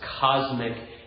cosmic